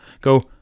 go